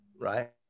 right